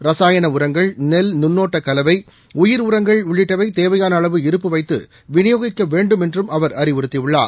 ரசாயன உரங்கள் நெல் நுண்ணோட்ட கலவை உயிர் உரங்கள் உள்ளிட்டவை தேவையான அளவு இருப்பு வைத்து விநியோகிக்க வேண்டும் என்றும் அவர் அறிவுறுத்தியுள்ளார்